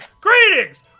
greetings